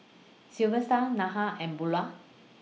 Silvester Neha and Beula